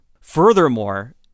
Furthermore